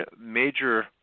major